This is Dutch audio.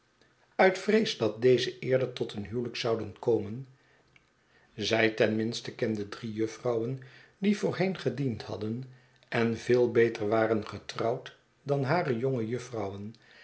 uit vrees dat deze eerder tot een huwelijk zouden komen zij ten minste kende drie jufvrouwen die voorheen gediend hadden en veel beter waren getrouwd dan hare jonge jufvrouwen